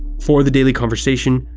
for the daily conversation,